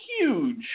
huge